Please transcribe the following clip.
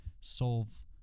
solve